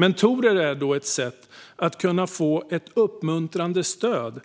Mentorer är då ett sätt att kunna få ett uppmuntrande stöd